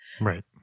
Right